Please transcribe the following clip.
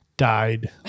Died